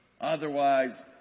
Otherwise